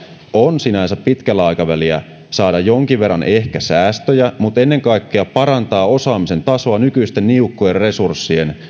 on sinänsä pitkällä aikavälillä saada ehkä jonkin verran säästöjä mutta ennen kaikkea parantaa osaamisen tasoa nykyisten niukkojen resurssien